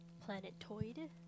Planetoid